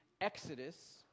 Exodus